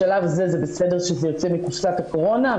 בשלב הזה זה בסדר שזה יוצא מקופסת הקורונה,